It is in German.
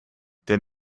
der